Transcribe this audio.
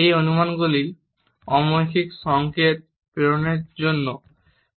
এই অনুমানগুলি অমৌখিক সংকেত প্রেরণের জন্য